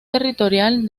territorial